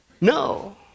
No